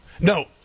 No